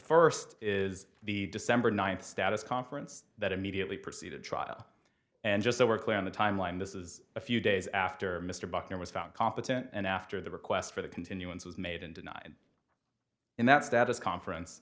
first is the december ninth status conference that immediately preceded trial and just so we're clear on the timeline this is a few days after mr buckner was found competent and after the request for the continuance was made and denied in that status conference